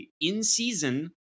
in-season